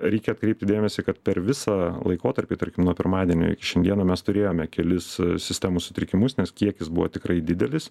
reikia atkreipti dėmesį kad per visą laikotarpį tarkim nuo pirmadienio iki šiandieną mes turėjome kelis sistemos sutrikimus nes kiekis buvo tikrai didelis